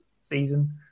season